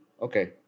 Okay